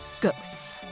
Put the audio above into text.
ghosts